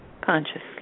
consciously